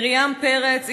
מרים פרץ,